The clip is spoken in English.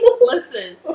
Listen